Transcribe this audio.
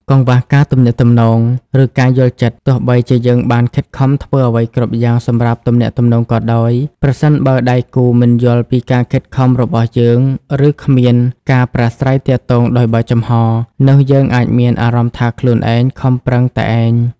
កង្វះការទំនាក់ទំនង ឬការយល់ចិត្តទោះបីជាយើងបានខិតខំធ្វើអ្វីគ្រប់យ៉ាងសម្រាប់ទំនាក់ទំនងក៏ដោយ ប្រសិនបើដៃគូមិនយល់ពីការខិតខំរបស់យើង ឬគ្មានការប្រាស្រ័យទាក់ទងដោយបើកចំហ នោះយើងអាចមានអារម្មណ៍ថាខ្លួនឯងប្រឹងប្រែងតែឯង។